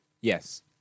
Yes